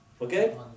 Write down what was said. Okay